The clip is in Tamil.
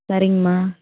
சரிங்கமா